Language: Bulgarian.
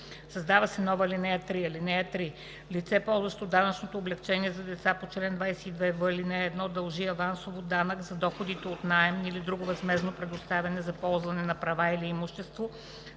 Създава се нова ал. 3: „(3) Лице, ползващо данъчното облекчение за деца по чл. 22в, ал. 1, дължи авансово данък за доходи от наем или друго възмездно предоставяне за ползване на права или имущество,